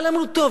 אבל אמרו: טוב,